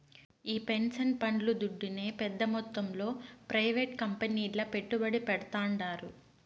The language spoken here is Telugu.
ఈ పెన్సన్ పండ్లు దుడ్డునే పెద్ద మొత్తంలో ప్రైవేట్ కంపెనీల్ల పెట్టుబడి పెడ్తాండారు